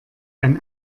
ein